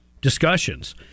discussions